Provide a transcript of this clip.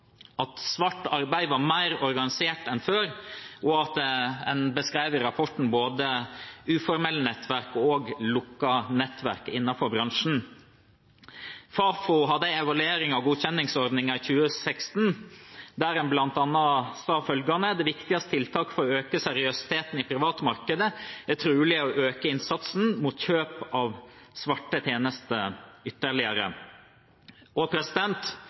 at svart arbeid var mer organisert enn før, og en beskrev i rapporten både uformelle nettverk og lukkede nettverk innenfor bransjen. Fafo hadde en evaluering av godkjenningsordningen i 2016, der en bl.a. sa følgende: «Det viktigste tiltaket for å øke seriøsiteten i privatmarkedet er derfor trolig å øke innsatsen mot kjøp av svarte tjenester ytterligere.»